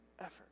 effort